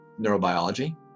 neurobiology